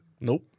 Nope